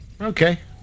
Okay